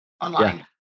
online